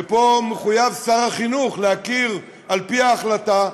ופה מחויב שר החינוך להכיר, על פי ההחלטה,